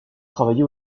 travaillé